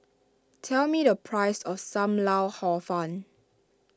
tell me the price of Sam Lau Hor Fun